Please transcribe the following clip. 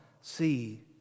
see